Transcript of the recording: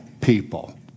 people